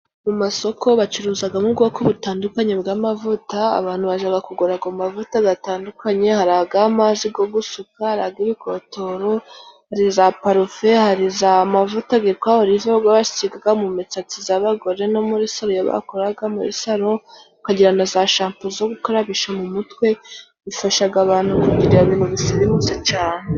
Mu masoko bacuruzagamo ubwoko butandukanye bw'amavuta abantu bajaga kugura gu mavuta gatandukanye hari agamazi ko gusuka, haragibikotoro, za parufe, hari za amavuta bita oriva bashyirwa mu misatsi zabagore no muri salo yabakoraga muri saro ,tukagira na za shampo zo gukarabisha mu mutwe bifashaga abantu kugira ibintu bisirimutse cyane.